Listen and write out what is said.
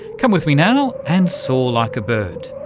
come with me now and soar like a bird.